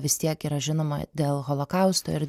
vis tiek yra žinoma dėl holokausto ir